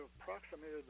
approximated